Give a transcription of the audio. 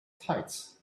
tides